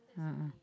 a'ah